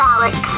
Alex